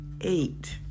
eight